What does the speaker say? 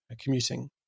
commuting